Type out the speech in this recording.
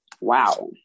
Wow